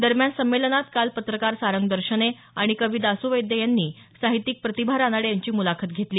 दरम्यान संमेलनात काल पत्रकार सारंग दर्शने आणि कवी दासू वैद्य यांनी साहित्यिक प्रतिभा रानडे यांची मुलाखत घेतली